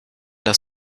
das